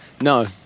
No